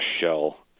shell